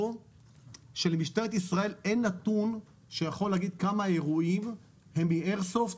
שלמשטרת ישראל אין נתון שיכול להגיד כמה אירועים הם מאיירסופט,